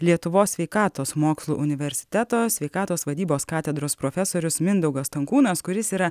lietuvos sveikatos mokslų universiteto sveikatos vadybos katedros profesorius mindaugas stankūnas kuris yra